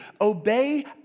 obey